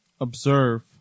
Observe